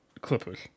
Clippers